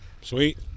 Sweet